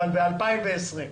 אבל ב-2020.